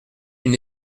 une